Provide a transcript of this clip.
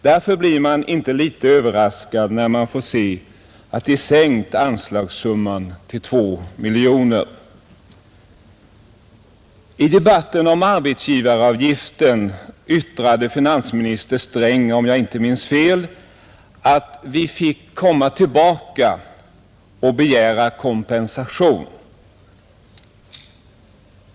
Därför blir man inte litet överraskad när man får se att de sänkt den föreslagna anslagssumman till 2 miljoner. I debatten om arbetsgivaravgiften yttrade finansminister Sträng, om jag inte minns fel, att vi fick komma tillbaka och begära kompensation.